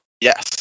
Yes